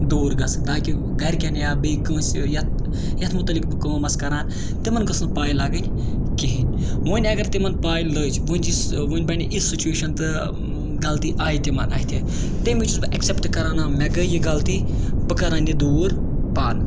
دوٗر گژھٕنۍ تاکہِ گَرِکٮ۪ن یا بیٚیہِ کٲنٛسہِ یَتھ یَتھ متعلق بہٕ کٲم آسہٕ کَران تِمَن گٔژھ نہٕ پاے لَگٕنۍ کِہیٖنۍ وۄنۍ اگر تِمَن پاے لٔج وۄنۍ یُس وۄنۍ بَنہِ یِژھ سُچویشَن تہٕ غلطی آے تِمَن اَتھِ تمہِ وِز چھُس بہٕ ایٚکسیٚپٹہٕ کَران آ مےٚ گٔے یہِ غلطی بہٕ کَرَن یہِ دوٗر پانہٕ